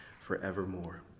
forevermore